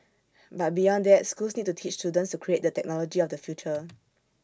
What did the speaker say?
but beyond that schools need to teach students to create the technology of the future